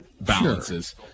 balances